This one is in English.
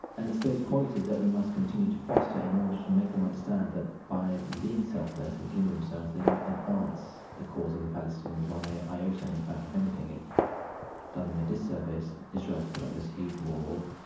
and it's those qualities that we must continue to foster in order to make them understand that, by being selfless and killing themselves, they don't advance the cause of the palestinians one ah iota. in fact, if anything, it's done them a disservice. israel has put up this huge wall,